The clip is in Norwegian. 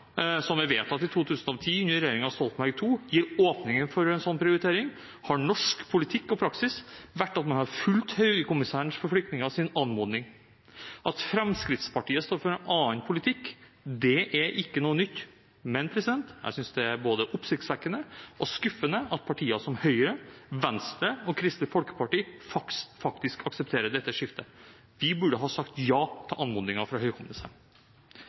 som ble vedtatt i 2010 under regjeringen Stoltenberg II, gir åpning for en slik prioritering, har norsk politikk og praksis vært at man har fulgt Høykommissæren for flyktningers anmodning. At Fremskrittspartiet står for en annen politikk, er ikke noe nytt, men jeg synes det er både oppsiktsvekkende og skuffende at partier som Høyre, Venstre og Kristelig Folkeparti faktisk aksepterer dette skiftet. De burde ha sagt ja til anmodningen fra